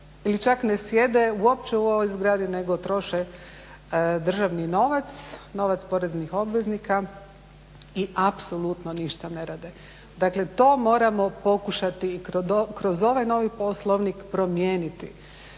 ili čak ne sjede uopće u ovoj zgradi nego troše državni novac, novac poreznih obveznika i apsolutno ništa ne rade. Dakle, to moramo pokušati i kroz ovaj novi Poslovnik promijeniti.